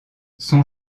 son